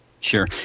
Sure